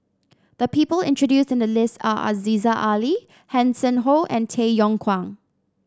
the people intreduce in the list are Aziza Ali Hanson Ho and Tay Yong Kwang